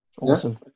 Awesome